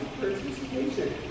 participation